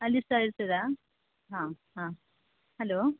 ಅಲ್ಲಿ ಸಹ ಇರ್ತದಾ ಹಾಂ ಹಾಂ ಹಲೋ